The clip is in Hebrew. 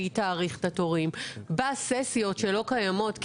והיא תאריך את התורים בססיות שלא קיימות,